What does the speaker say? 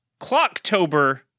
Clocktober